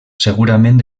segurament